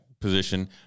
position